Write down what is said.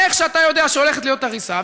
איך שאתה יודע שהולכת להיות הריסה,